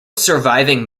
surviving